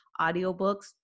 Audiobooks